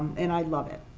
and i love it.